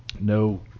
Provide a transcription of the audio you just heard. No